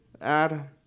add